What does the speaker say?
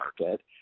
market